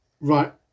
right